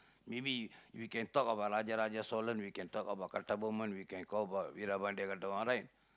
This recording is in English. maybe you can talk about Raja Raja Cholan we can talk about Kattabomman we can talk about Veerapandiya Kattabomman right